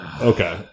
okay